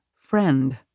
friend